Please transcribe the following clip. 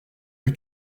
que